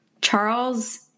Charles